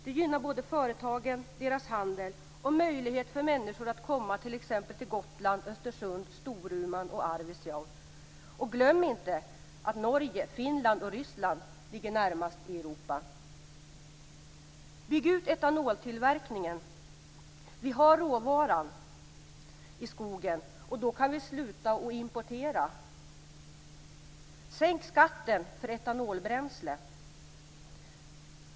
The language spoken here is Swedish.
Det gynnar både företagen, handeln och möjligheter för människor att komma till t.ex. Glöm inte att Norge, Finland och Ryssland ligger närmast i Europa. · Bygg ut etanoltillverkningen. Vi har råvaran i skogen. Då kan vi sluta att importera. Sänk skatten för etanolbränsle.